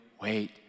wait